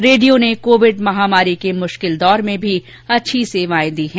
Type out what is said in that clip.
radio ने Covid महामारी के मुश्किल दौर में भी अच्छी सेवा दी हैं